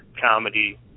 comedy